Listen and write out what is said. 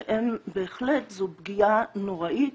שבהחלט זו פגיעה נוראית,